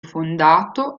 fondato